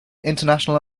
international